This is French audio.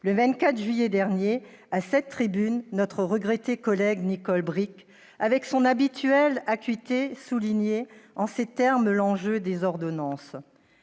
Le 24 juillet dernier, à cette tribune, notre regrettée collègue Nicole Bricq, avec son habituelle acuité, soulignait en ces termes l'enjeu des ordonnances